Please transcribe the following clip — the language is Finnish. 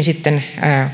sitten